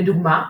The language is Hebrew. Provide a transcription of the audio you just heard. לדוגמה,